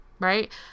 right